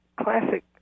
classic